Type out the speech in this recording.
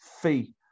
fee